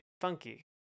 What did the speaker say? funky